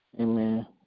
Amen